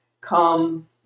come